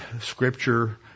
Scripture